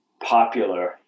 popular